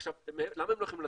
עכשיו, למה הם לא יכולים לתת?